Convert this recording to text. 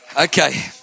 Okay